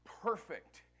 perfect